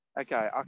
Okay